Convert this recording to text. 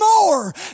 more